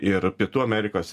ir pietų amerikos